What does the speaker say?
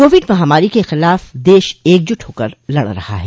Covid महामारी के खिलाफ देश एकजुट होकर लड़ रहा है